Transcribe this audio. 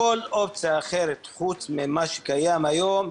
כל אופציה אחרת חוץ ממה שקיים היום,